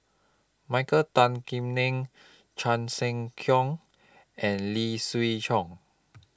Michael Tan Kim Nei Chan Sek Keong and Lee Siew Choh